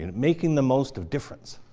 and making the most of difference.